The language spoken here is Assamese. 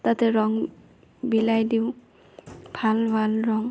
তাতে ৰং বিলাই দিওঁ ভাল ভাল ৰং